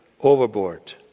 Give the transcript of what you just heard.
overboard